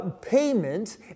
payment